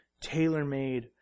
tailor-made